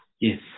yes